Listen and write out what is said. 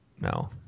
No